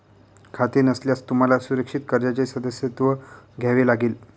खाते नसल्यास तुम्हाला सुरक्षित कर्जाचे सदस्यत्व घ्यावे लागेल